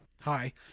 hi